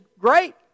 great